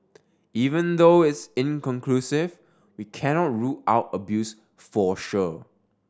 even though it's inconclusive we cannot rule out abuse for sure